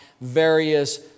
various